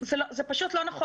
אני אומרת שוב שזה פשוט לא נכון.